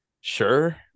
Sure